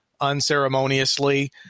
unceremoniously